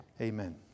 Amen